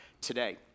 today